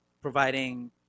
providing